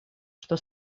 что